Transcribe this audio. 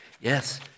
Yes